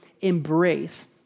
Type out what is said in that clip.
embrace